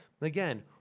Again